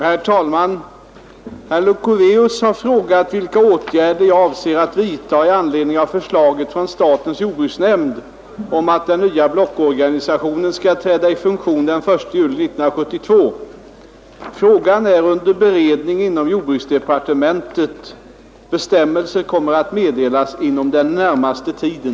Herr talman! Herr Leuchovius har frågat vilka åtgärder jag avser att vidta i anledning av förslaget från statens jordbruksnämnd om att den nya blockorganisationen skall träda i funktion den 1 juli 1972. Frågan är under beredning inom jordbruksdepartementet. Bestämmelser kommer att meddelas inom den närmaste tiden.